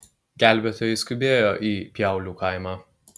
gelbėtojai skubėjo į pjaulių kaimą